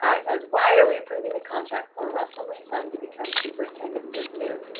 yeah it says why are we approving the contract for russell lee-sung to become superintendent so soon?